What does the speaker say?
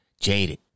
jaded